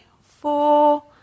four